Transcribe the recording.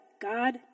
God